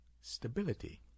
stability